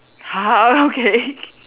!huh! err okay